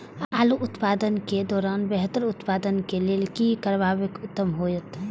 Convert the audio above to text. आलू उत्पादन के दौरान बेहतर उत्पादन के लेल की करबाक उत्तम होयत?